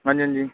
ਹਾਂਜੀ ਹਾਂਜੀ